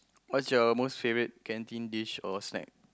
what's your most favourite canteen dish or snack